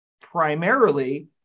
primarily